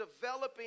developing